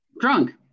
Drunk